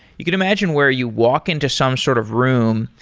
you can imagine where you walk into some sort of room,